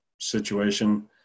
situation